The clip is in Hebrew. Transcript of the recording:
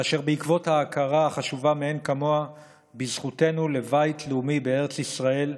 בעקבות ההכרה החשובה מאין כמוה בזכותנו לבית לאומי בארץ ישראל,